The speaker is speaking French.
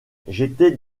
j’étais